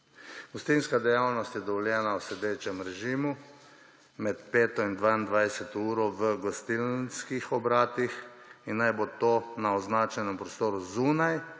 Gostinska dejavnost je dovoljena v sedečem režimu med 5. in 22. uro v gostinskih obratih in naj bo to na označenem prostoru zunaj